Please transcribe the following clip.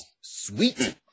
Sweet